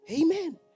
Amen